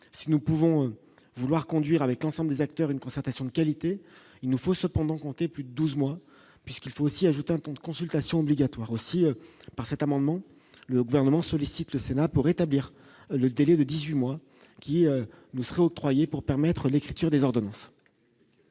si nous pouvons vouloir conduire avec l'ensemble des acteurs une concertation de qualité, il ne faut cependant compter plus 12 mois puisqu'il faut s'y ajoute un temps de consultation obligatoire aussi par cet amendement, le gouvernement sollicite le Sénat pour établir le délai de 18 mois qui nous sera octroyée pour permettre l'écriture désordonnée.